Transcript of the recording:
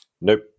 Nope